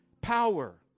Power